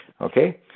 Okay